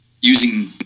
using